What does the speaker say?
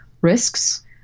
risks